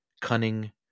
cunning